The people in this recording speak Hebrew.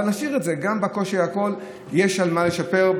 אבל נשאיר את זה, גם את הקושי, יש מה לשפר.